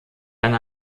eine